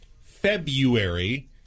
February